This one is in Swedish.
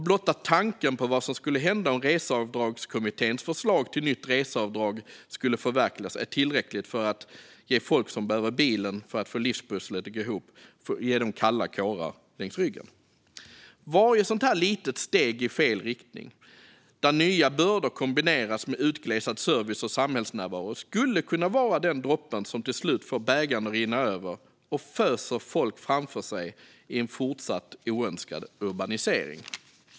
Blotta tanken på vad som skulle hända om Reseavdragskommitténs förslag till nytt reseavdrag skulle förverkligas är tillräcklig för att ge folk som behöver bilen för att få livspusslet att gå ihop kalla kårar längs ryggen. Varje sådant litet steg i fel riktning, där nya bördor kombineras med utglesad service och samhällsnärvaro, skulle kunna vara den droppe som till slut får bägaren att rinna över och föser folk framför sig i en fortsatt oönskad urbanisering.